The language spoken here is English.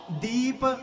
Deep